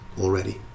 already